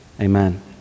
amen